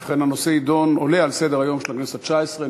ובכן, הנושא עולה על סדר-היום של הכנסת התשע-עשרה.